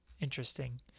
Interesting